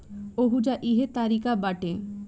ओहुजा इहे तारिका बाटे